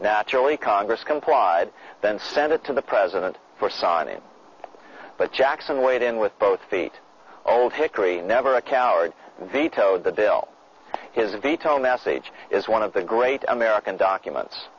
surely congress complied then send it to the president for signing but jackson weighed in with both feet all hickory never a coward veto the bill his veto message is one of the great american documents